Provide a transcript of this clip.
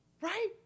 right